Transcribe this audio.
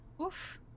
Oof